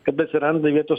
kada atsiranda vietos